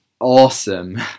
awesome